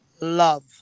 love